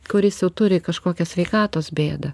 kuris jau turi kažkokią sveikatos bėdą